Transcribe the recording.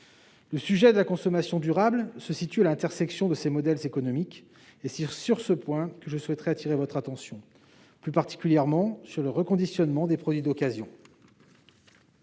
sociale ? La consommation durable se situe à l'intersection de ces modèles économiques. C'est sur ce point que je souhaiterais attirer votre attention, et plus particulièrement sur le reconditionnement des produits d'occasion.